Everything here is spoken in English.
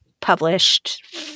published